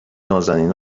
نــازنین